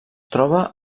troba